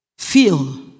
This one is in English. Feel